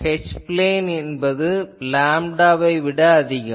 H plane என்பது லேம்டாவை விட அதிகம்